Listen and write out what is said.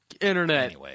Internet